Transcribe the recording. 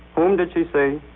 whom did she see?